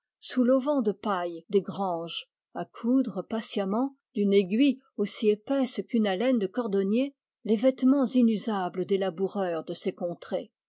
sous l'auvent de paille des granges à coudre patiemment d'une aiguille aussi épaisse qu'une alène de cordonnier les vêtements inusables des laboureurs de ces contrées